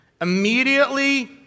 immediately